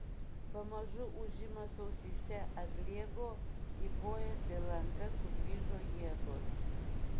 pamažu ūžimas ausyse atlėgo į kojas ir rankas sugrįžo jėgos